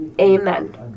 Amen